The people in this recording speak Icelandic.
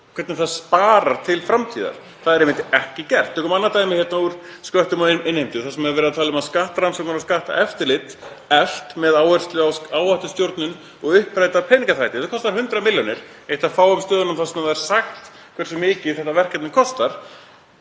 hvernig það sparar til framtíðar. Það er einmitt ekki gert. Tökum annað dæmi úr sköttum og innheimtu þar sem verið er að tala um að skattrannsóknir og skatteftirlit sé eflt með áherslu á áhættustjórnun og að uppræta peningaþvætti. Þetta kostar 100 milljónir, einn af fáum stöðum þar sem er sagt hversu mikið verkefnið kostar.